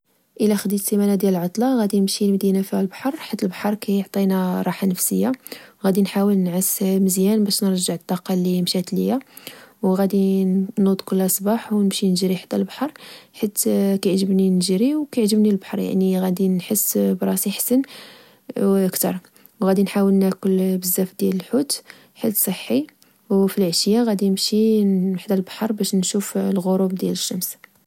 إلا خديت سمانة ديال العطلة، غدي نمشي لمدينة فيها البحر حيث البحر كيعطينا راحة نفسية. غدي نحاول نعس مزيان باش نرجع الطاقة اللي مشات ليا، وغادي نوض كل صباح و نمشي نجري حدا البحر، حيتكعجبني نجري، وكعجبني البحر، يعني غدي نحس براسي حسن كتر، غدي نحاول ناكل بزاف ديال الحوت حيت صحي و في العشية غادي نمشي حدا البحر باش نشوف غروب الشمس.